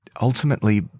ultimately